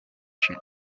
pion